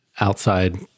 outside